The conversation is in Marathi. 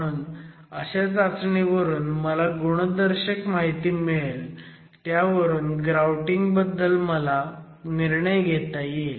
म्हणून अशा चाचणीवरून मला गुणदर्शक माहिती मिळेल त्यावरून ग्राउटिंग बद्दल मला निर्णय घेता येईल